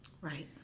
Right